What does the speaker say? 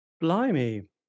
Blimey